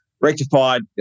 rectified